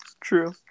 True